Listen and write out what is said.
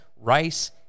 Rice